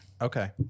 okay